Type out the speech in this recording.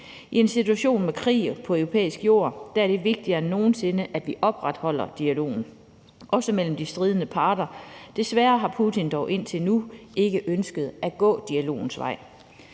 I en situation med krig på europæisk jord er det vigtigere end nogen sinde at vi opretholder dialogen, også mellem de stridende parter. Desværre har Putin dog indtil nu ikke ønsket at gå dialogens vej.